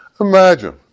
Imagine